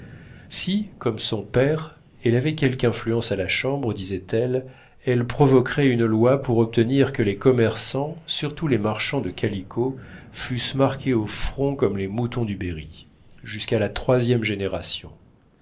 si comme son père elle avait quelque influence à la chambre disait-elle elle provoquerait une loi pour obtenir que les commerçants surtout les marchands de calicot fussent marqués au front comme les moutons du berri jusqu'à la troisième génération